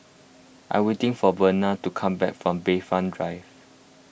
I'm waiting for Verna to come back from Bayfront Drive